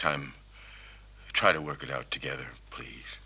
time try to work it out together please